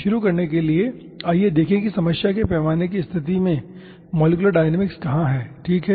शुरू करने के लिए आइए देखें कि समस्या के पैमाने की स्तिथि में मॉलिक्यूलर डायनामिक्स कहां है ठीक है